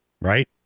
right